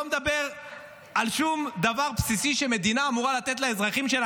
לא מדבר על שום דבר בסיסי שמדינה אמורה לתת לאזרחים שלה,